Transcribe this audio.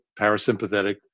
parasympathetic